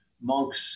monks